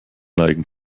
neigen